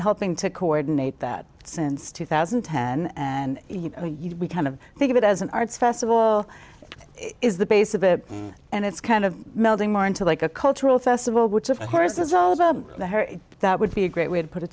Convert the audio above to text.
helping to coordinate that since two thousand and ten and we kind of think of it as an arts festival is the base of it and it's kind of melding more into like a cultural festival which of course is all about the her that would be a great way to put